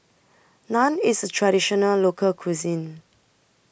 Naan IS A Traditional Local Cuisine